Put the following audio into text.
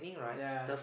ya